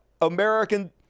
American